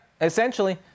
essentially